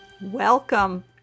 Welcome